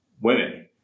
women